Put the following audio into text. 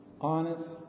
honest